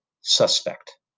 suspect